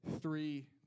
three